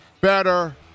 better